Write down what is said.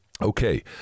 Okay